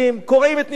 קורעים את נשמתם,